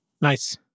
Nice